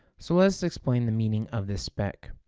so let's explain the meaning of this spec.